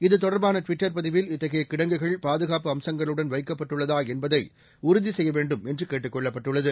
இது தொடர்பானட்விட்டர் பதிவில் இத்தகையகிடங்குகள் பாதுகாப்பு அம்சங்களுடன் வைக்கப்பட்டுள்ளதாஎன்பதைஉறுதிசெய்யவேண்டும் என்றுகேட்டுக்கொள்ளப்பட்டுள்ளது